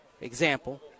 example